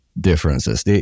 differences